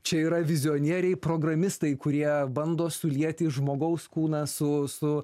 čia yra vizionieriai programistai kurie bando sulieti žmogaus kūną su su